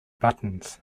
buttons